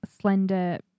slender